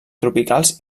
tropicals